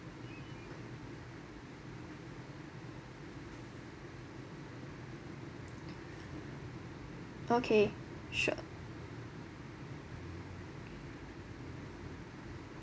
okay sure